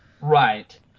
Right